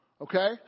Okay